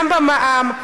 גם במע"מ,